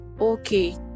okay